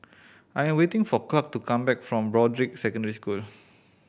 I am waiting for Clark to come back from Broadrick Secondary School